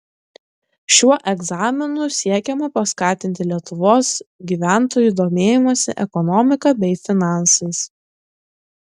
šiuo egzaminu siekiama paskatinti lietuvos gyventojų domėjimąsi ekonomika bei finansais